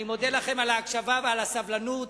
אני מודה לכם על ההקשבה ועל הסבלנות.